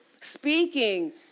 speaking